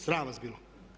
Sram vas bilo.